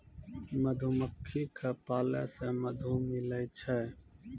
मधुमक्खी क पालै से मधु मिलै छै